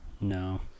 No